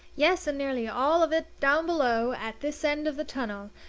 yes, and nearly all of it down below, at this end of the tunnel,